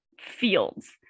fields